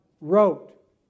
wrote